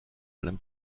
allem